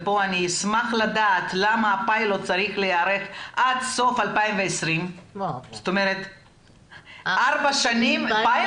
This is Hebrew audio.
ואני אשמח לדעת למה הפיילוט צריך להיערך עד סוף 2020. ארבע שנים פיילוט?